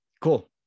cool